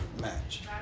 match